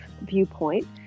viewpoint